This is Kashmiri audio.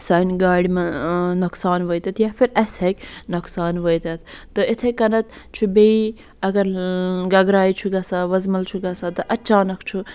سانہِ گاڑِ مَنٛز نۅقصان وٲتِتھ یا پھِر اَسہِ ہیٚکہِ نۅقصان وٲتِتھ تہٕ اِتھٕے کٔنٮ۪تھ چھُ بیٚیہِ اگر گَگراے چھُ گَژھان وُزمل چھُ گَژھان تہٕ اچانٛک چھُ